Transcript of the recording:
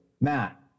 Matt